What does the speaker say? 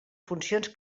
funcions